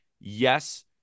yes